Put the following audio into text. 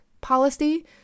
policy